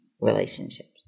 relationships